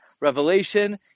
revelation